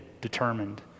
determined